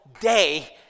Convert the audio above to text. day